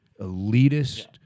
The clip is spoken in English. elitist